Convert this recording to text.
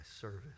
service